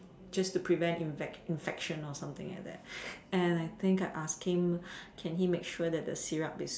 just to prevent infect~ infection or something like that and I think I asked him can he make sure that the syrup is